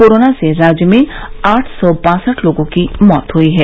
corona से राज्य में आठ सौ बासठ लोगों की मौत हुई है